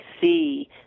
see